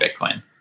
Bitcoin